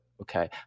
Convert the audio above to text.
okay